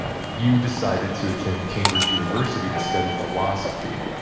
ah you decided to attend cambridge university to study philosophy.